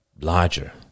larger